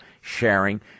sharing